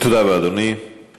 תודה רבה, אדוני.